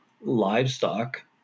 livestock